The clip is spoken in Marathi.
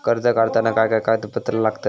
कर्ज काढताना काय काय कागदपत्रा लागतत?